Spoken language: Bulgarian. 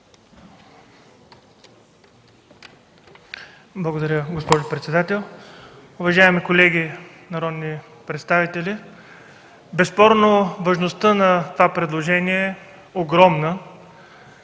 уважаема госпожо председател. Уважаеми колеги народни представители, безспорно важността на това предложение е огромна.